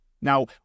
Now